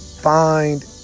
Find